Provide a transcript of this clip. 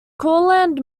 courland